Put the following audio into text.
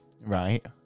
Right